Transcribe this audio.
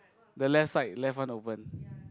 the left side left one open